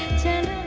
ten